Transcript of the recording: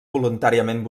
voluntàriament